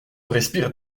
respire